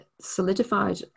solidified